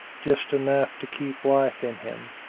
just enough to keep life in him,